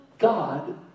God